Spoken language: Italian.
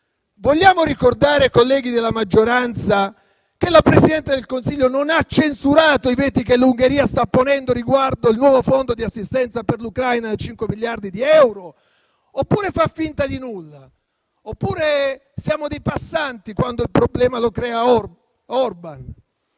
Vogliamo ricordare, colleghi della maggioranza, che la Presidente del Consiglio non ha censurato i veti che l'Ungheria sta ponendo riguardo al nuovo Fondo di assistenza per l'Ucraina da cinque miliardi di euro? Oppure fate finta di nulla? Oppure siamo dei passanti quando il problema lo crea Orban?